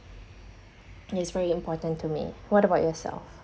it's very important to me what about yourself